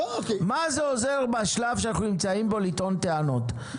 מה זה עוזר בשלב שאנחנו נמצאים בו לטעון טענות?